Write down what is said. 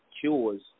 cures